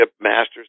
Masters